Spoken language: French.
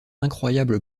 incroyable